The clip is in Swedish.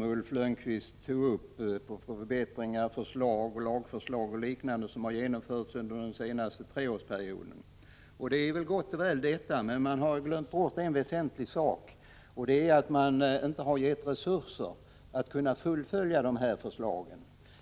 Ulf Lönnqvist räknade upp en lång rad förbättringar, lagförslag m.m. som har genomförts under den senaste treårsperioden, och det är gott och väl. Men man har glömt bort en väsentlig sak, och det är att ge resurser för att fullfölja de här förslagen.